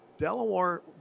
Delaware